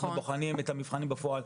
אנחנו בוחנים את המבחנים בפועל.